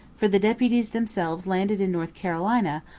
for the deputies themselves landed in north carolina,